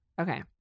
Okay